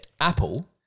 Apple